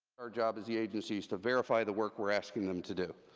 our job, as the agency, is to verify the work we're asking them to do.